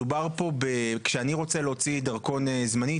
כשאני רוצה להוציא דרכון זמני,